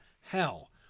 Hell